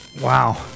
Wow